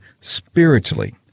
spiritually